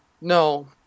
No